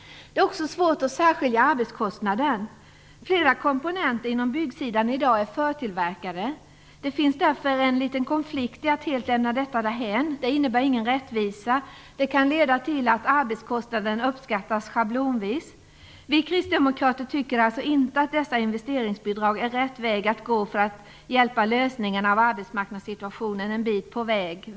Det är också svårt att särskilja arbetskostnaden. Flera komponenter inom byggandet är i dag förtillverkade. Det finns därför en liten konflikt i att helt lämna detta därhän. Det innebär ingen rättvisa. Det kan leda till att arbetskostnaden uppskattas schablonvis. Vi kristdemokrater tycker alltså inte att dessa investeringsbidrag är rätt väg att gå för att hjälpa lösningen av arbetsmarknadssitutionen en bit på väg.